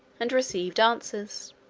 and received answers.